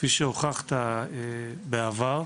כפי שהוכחת בעבר,